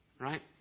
right